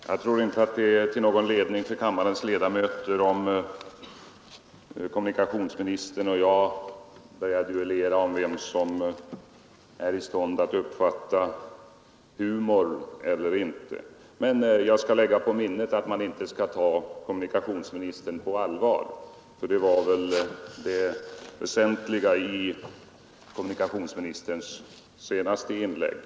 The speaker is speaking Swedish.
Herr talman! Jag tror inte att det är till någon ledning för kammarens ledamöter att kommunikationsministern och jag duellerar vem av oss som är bäst i stånd att uppfatta humor. Men jag skall lägga på minnet att man inte skall ta kommunikationsministerns tal på allvar. Det var väl närmast det som var det väsentliga i kommunikationsministerns senaste inlägg.